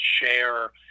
share